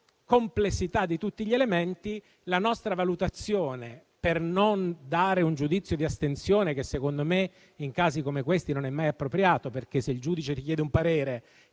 complessità di tutti gli elementi, la nostra valutazione, per non dare un giudizio di astensione - secondo me in casi come questi non è mai appropriato perché, se il giudice richiede un parere